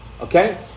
Okay